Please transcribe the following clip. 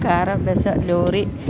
car bus lorry